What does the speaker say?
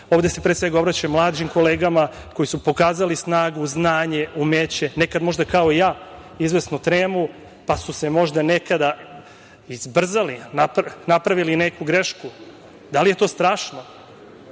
Ovde se, pre svega, obraćam mlađim kolegama koji su pokazali snagu, znanje, umeće, nekad možda kao ja izvesnu tremu, pa su se možda nekada i zbrzali, napravili neku grešku. Da li je to strašno?